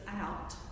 out